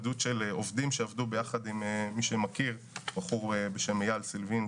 זו עדות של עובדים שעבדו ביחד עם בחור בשם אייל סלבין,